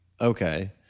okay